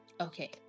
Okay